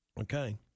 Okay